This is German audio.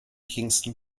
kingston